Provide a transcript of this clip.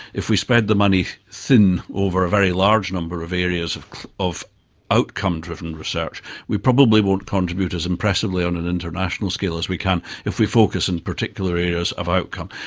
if we spread the money thin over a very large number of areas of of outcome driven research we probably won't contribute as impressively on an international scale as we can if we focus in particular areas of outcome.